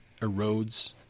erodes